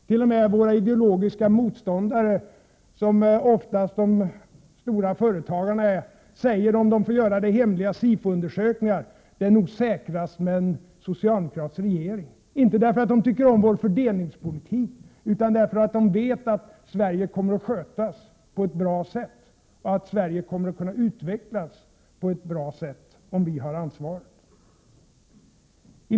T.o.m. våra ideologiska motståndare, som de stora företagarna oftast är, säger, om de får göra det i hemliga SIFO-undersökningar: Det är nog säkrast med en socialdemokratisk regering — inte därför att de tycker om vår fördelningspolitik, utan därför att de vet att Sverige kommer att skötas på ett bra sätt och att Sverige kommer att kunna utvecklas på ett bra sätt om vi har ansvaret. Herr talman!